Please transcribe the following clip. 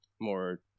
more